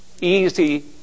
Easy